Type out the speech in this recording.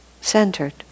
centered